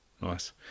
Nice